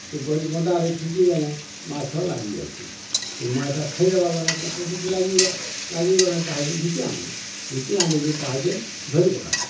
ସେ ଗରି କଣ୍ଟାରେ ଫିିକିଦେଲେ ମାଛ ଲାଗିଯାଏସି ସେ ମଇଦା ଖାଇଦେବା ବେଲେ ଟଣ୍ଟିିଥି ଲାଗିିଯିବା ଲାଗିଗଲେ ତାହାକେ ଘିଚିଆନ୍ମୁ ଘିଚି ଆନିକି ତାହାକେ ଧରି ପକାମୁ